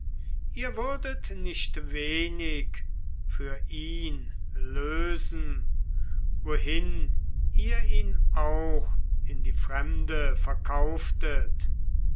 ihr würdet nicht wenig für ihn lösen wohin ihr ihn auch in die fremde verkauftet